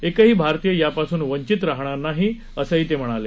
एकही भारतीय यापासून वंचित राहणार नाही असं ते म्हणाले